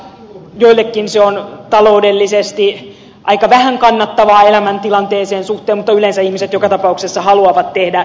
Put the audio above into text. joillekin se on taloudellisesti aika vähän kannattavaa heidän elämäntilanteeseensa suhteen mutta yleensä ihmiset joka tapauksessa haluavat tehdä töitä